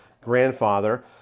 grandfather